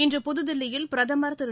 இன்று புததில்லியில் பிரதமர் திரு